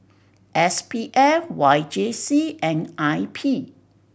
S P F Y J C and I P